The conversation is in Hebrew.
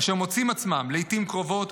אשר מוצאים עצמם לעיתים קרובות,